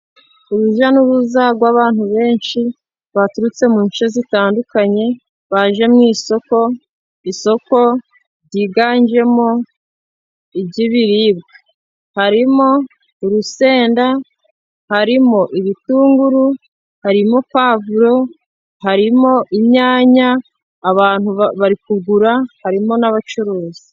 Urujya n'uruza rw'abantu benshi baturutse mu nshe zitandukanye baje mu isoko, isoko ryiganjemo iby'ibiribwa, harimo urusenda, harimo ibitunguru, harimo pavuro, harimo inyanya abantu bari kugura, harimo n'abacuruzi.